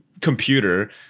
computer